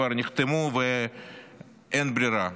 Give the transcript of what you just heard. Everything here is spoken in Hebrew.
כבר נחתמו ואין ברירה.